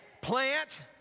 plant